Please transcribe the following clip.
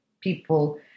people